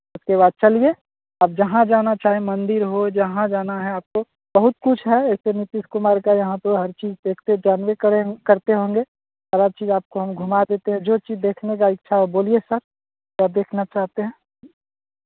उसके बाद चलिए आप जहाँ जाना चाहें मंदिर हो जहाँ जाना है आपको बहुत कुछ है ऐसे नितीश कुमार का यहाँ पर् हर चीज़ देखते जानबे करें करते होंगे सारा चीज़ आपको हम घुमा देते हैं जो चीज़ देखने का इच्छा हो बोलिए सर क्या देखना चाहते हैं